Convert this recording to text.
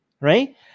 right